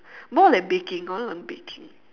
more like baking I want to learn baking